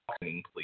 please